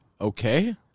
Okay